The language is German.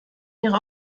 ihre